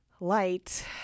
light